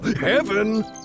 Heaven